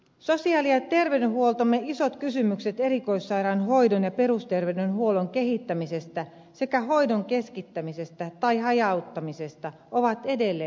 sosiaali ja terveydenhuoltomme isot kysymykset erikoissairaanhoidon ja perusterveydenhuollon kehittämisestä sekä hoidon keskittämisestä tai hajauttamisesta ovat edelleen auki